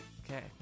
Okay